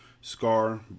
Scar